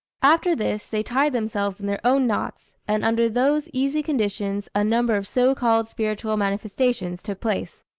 after this, they tied themselves in their own knots and under those easy conditions a number of so-called spiritual manifestations took place,